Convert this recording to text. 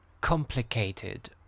complicated